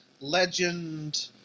legend